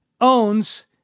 owns